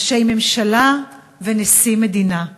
ראשי ממשלה ונשיא מדינה.